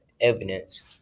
evidence